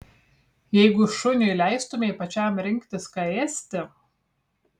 jeigu šuniui leistumei pačiam rinktis ką ėsti